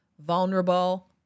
vulnerable